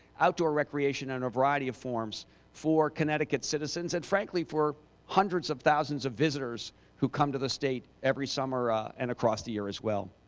outdoor recreation in a variety of forms for connecticut citizens, and frankly for hundreds of thousands of visitors who come to the state every summer and across the year as well.